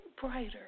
brighter